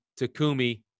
Takumi